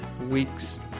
weeks